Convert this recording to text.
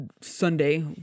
Sunday